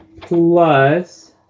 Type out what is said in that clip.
plus